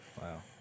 Wow